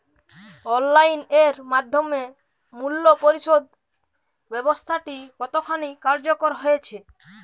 Online এর মাধ্যমে মূল্য পরিশোধ ব্যাবস্থাটি কতখানি কার্যকর হয়েচে?